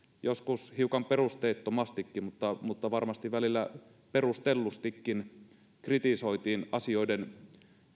joskus hiukan perusteettomastikin mutta mutta varmasti välillä perustellustikin kritisoitiin asioiden